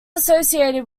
associated